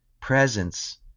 presence